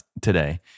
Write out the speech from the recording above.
today